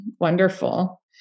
wonderful